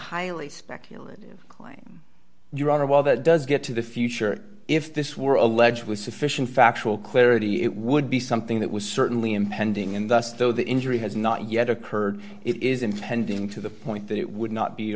highly speculative claim your honor while the does get to the future if this were allegedly sufficient factual clarity it would be something that was certainly impending in the us though the injury has not yet occurred it is intending to the point that it would not be